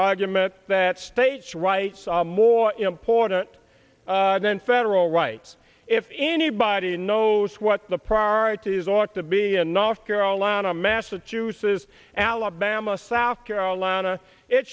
counterargument that states rights are more important than federal rights if anybody knows what the priorities ought to be enough carolina massachusetts alabama south carolina it